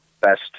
best